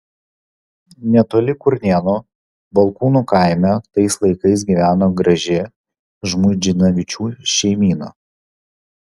netoli kurnėnų balkūnų kaime tais laikais gyveno graži žmuidzinavičių šeimyna